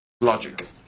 Logic